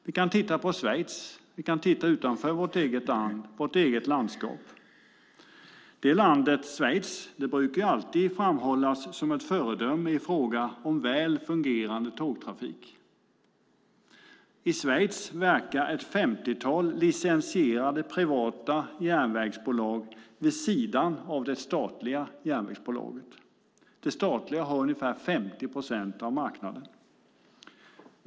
Vi kan gå utanför vårt eget land och landskap och titta på Schweiz. Det landet brukar alltid framhållas som ett föredöme i fråga om väl fungerande tågtrafik. I Schweiz verkar ett femtiotal licensierade privata järnvägsbolag vid sidan av det statliga järnvägsbolaget, som har ungefär 50 procent av marknaden.